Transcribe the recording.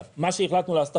מה שהחלטנו לעשות עכשיו,